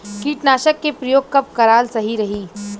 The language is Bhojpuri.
कीटनाशक के प्रयोग कब कराल सही रही?